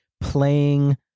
playing